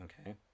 Okay